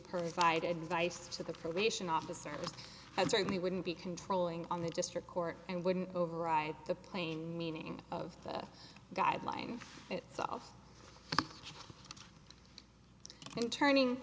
provide advice to the probation officers and certainly wouldn't be controlling on the district court and wouldn't override the plain meaning of that guideline itself in turning